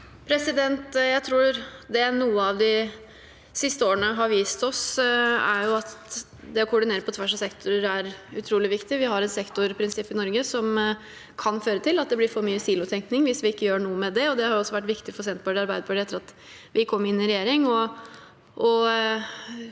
Jeg tror noe av det de siste årene har vist oss, er at det å koordinere på tvers av sektorer er utrolig viktig. Vi har et sektorprinsipp i Norge som kan føre til at det blir for mye silotenkning hvis vi ikke gjør noe med det. Det har vært viktig for Senterpartiet og Arbeiderpartiet etter at vi kom inn i regjering,